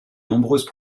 nombreuses